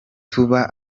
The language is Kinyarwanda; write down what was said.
tuba